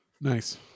Nice